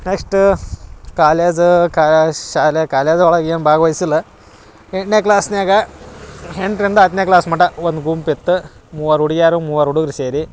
next college ಕಾ ಶಾಲೆ ಕಾಲೇಜೊಳಗ ಏನು ಭಾಗ್ವಹಿಸಿಲ್ಲ ಎಂಟನೇ ಕ್ಲಾಸ್ನ್ಯಾಗ ಎಂಟರಿಂದ ಹತ್ತನೇ ಕ್ಲಾಸ್ ಮಟ ಒಂದು ಗುಂಪಿತ್ತು ಮೂವರು ಹುಡಿಗ್ಯಾರು ಮೂವರು ಹುಡುಗ್ರು ಸೇರಿ